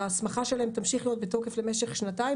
ההסמכה שלהם תמשיך להיות בתוקף למשך שנתיים